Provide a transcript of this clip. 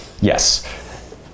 Yes